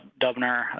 Dubner